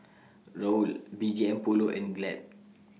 Raoul B G M Polo and Glad